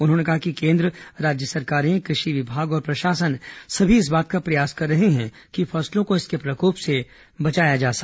उन्होंने कहा कि केंद्र राज्य सरकारें कृ धि विभाग और प्रशासन सभी इस बात का प्रयास कर रहे हैं कि फसलों को इसके प्रकोप से बचाया जाए